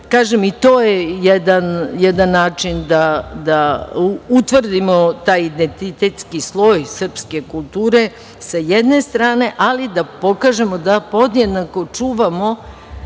kažem, i to je jedan način da utvrdimo taj identiteski sloj srpske kulture, sa jedne strane, ali i da pokažemo da podjednako čuvamo